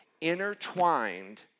intertwined